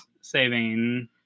saving